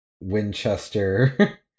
Winchester